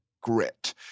grit